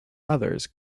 others